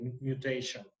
mutation